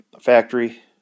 factory